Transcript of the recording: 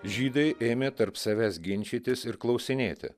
žydai ėmė tarp savęs ginčytis ir klausinėti